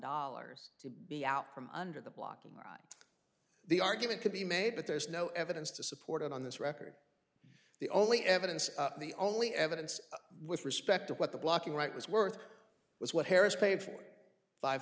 dollars to be out from under the blocking right the argument could be made but there's no evidence to support it on this record the only evidence the only evidence with respect to what the blocking right was worth was what harris paid for five